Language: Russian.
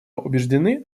убеждены